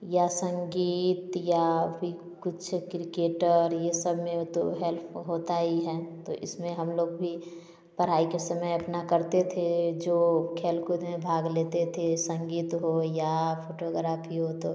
या संगीत या भी कुछ किर्केटर ये सब में तो हेल्प होता ही है तो इसमें हम लोग भी पढ़ाई के समय अपना करते थे जो खेल कूद में भाग लेते थे संगीत हो या फोटोग्राफी हो तो